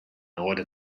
order